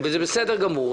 וזה בסדר גמור,